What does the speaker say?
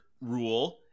rule